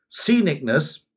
scenicness